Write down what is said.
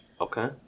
Okay